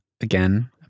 again